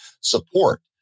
support